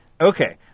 Okay